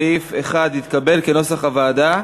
סעיף 1 התקבל כנוסח הוועדה.